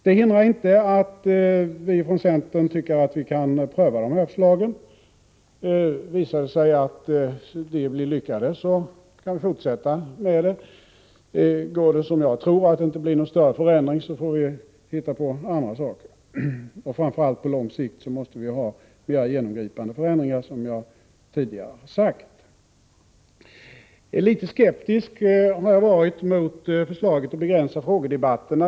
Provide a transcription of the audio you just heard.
Det hindrar inte att vi från centern tycker att vi kan pröva dessa förslag. Visar det sig att de blir lyckade, så kan vi fortsätta med dem. Går det som jag tror, att det inte blir någon större förändring, så får vi hitta på andra saker. Och framför allt på långt sikt måste vi göra genomgripande förändringar, som jag tidigare har sagt. Litet skeptisk har jag blivit mot förslaget att begränsa frågedebatterna.